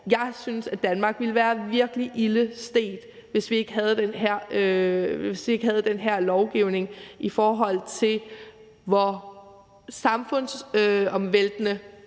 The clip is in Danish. Jeg synes, at Danmark ville være virkelig ilde stedt, hvis vi ikke havde den her lovgivning, i forhold til hvor samfundsomvæltende